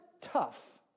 tough